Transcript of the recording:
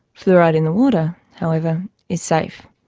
fluoride in the water however is safe.